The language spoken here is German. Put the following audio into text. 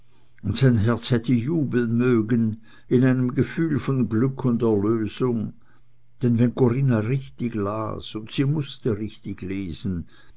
herz hätte jubeln mögen in einem gefühl von glück und erlösung denn wenn corinna richtig las und sie mußte richtig lesen